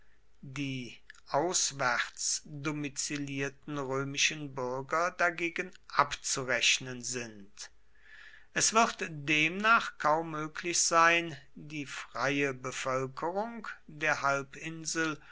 die auswärts domizilierten römischen bürger dagegen abzurechnen sind es wird demnach kaum möglich sein die freie bevölkerung der halbinsel